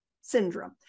syndrome